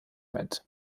mit